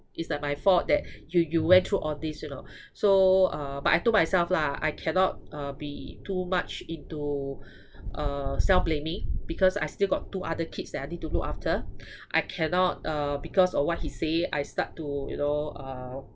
it's like my fault that you you went through all these you know so uh but I told myself lah I cannot uh be too much into uh self-blaming because I still got two other kids that I need to look after I cannot uh because of what he say I start to you know uh